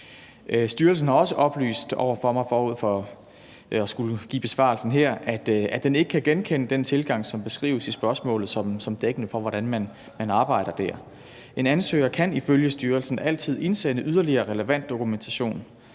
Styrelsen har også oplyst over for mig, forud for at jeg skulle give besvarelsen her, at den ikke kan genkende den tilgang, som beskrives i spørgsmålet, som dækkende for, hvordan man arbejder dér. En ansøger kan ifølge styrelsen altid indsende yderligere relevant dokumentation,